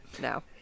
No